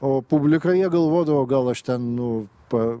o publika jie galvodavo gal aš ten pa